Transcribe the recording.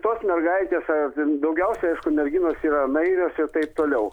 tos mergaitės daugiausiai aišku merginos yra naivios ir taip toliau